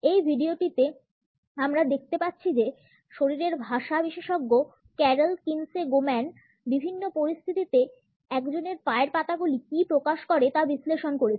এই ভিডিওতে আমরা দেখতে পাচ্ছি যে শরীরের ভাষা বিশেষজ্ঞ ক্যারল কিনসে গোম্যান বিভিন্ন পরিস্থিতিতে একজনের পায়ের পাতাগুলি কী প্রকাশ করে তা বিশ্লেষণ করেছেন